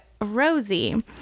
Rosie